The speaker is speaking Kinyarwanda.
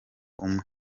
umwe